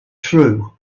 true